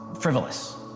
frivolous